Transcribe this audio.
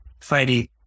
fighting